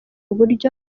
uburyo